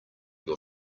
your